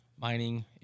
mining